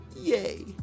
Yay